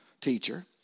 teacher